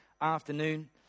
afternoon